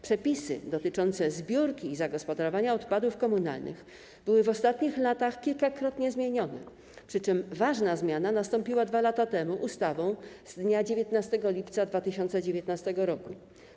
Przepisy dotyczące zbiórki i zagospodarowania odpadów komunalnych były w ostatnich latach kilkakrotnie zmienione, przy czym ważna zmiana nastąpiła 2 lata temu za sprawą ustawy z dnia 19 lipca 2019 r.